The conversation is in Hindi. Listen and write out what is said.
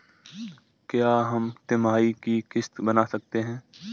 क्या हम तिमाही की किस्त बना सकते हैं?